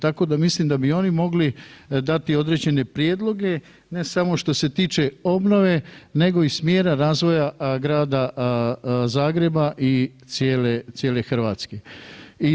Tako da mislim da bi i oni mogli dati određene prijedloge ne samo što se tiče obnove nego i smjera razvoja Grada Zagreba i cijele, cijele RH.